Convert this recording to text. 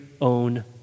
own